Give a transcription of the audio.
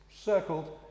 circled